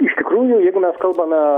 iš tikrųjų jeigu mes kalbame